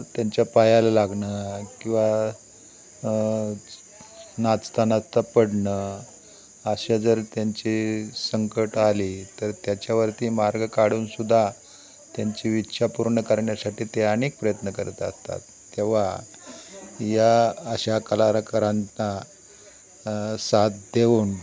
त्यांच्या पायाला लागणं किंवा च् नाचता नाचता पडणं अशा जर त्यांची संकट आली तर त्याच्यावरती मार्ग काढून सुद्धा त्यांची इच्छा पूर्ण करण्यासाठी ते अनेक प्रयत्न करत असतात तेव्हा या अशा कलाकारांना साथ देऊन